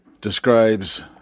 describes